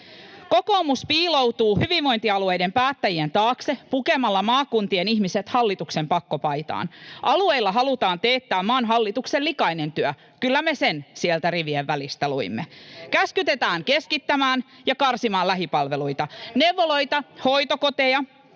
Kokoomus piiloutuu hyvinvointialueiden päättäjien taakse pukemalla maakuntien ihmiset hallituksen pakkopaitaan. Alueilla halutaan teettää maan hallituksen likainen työ. Kyllä me sen sieltä rivien välistä luimme. Käskytetään keskittämään ja karsimaan lähipalveluita. [Ben Zyskowicz: